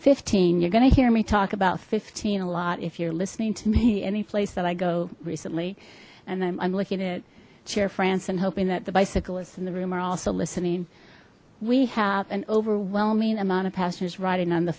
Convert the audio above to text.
fifteen you're gonna hear me talk about fifteen a lot if you're listening to me any place that i go recently and i'm looking at share france and hoping that the bicyclists in the room are also listening we have an overwhelming amount of passengers riding on the